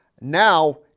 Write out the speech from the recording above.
Now